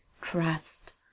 trust